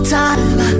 time